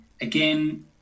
again